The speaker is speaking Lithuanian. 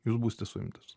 jūs būsite suimtas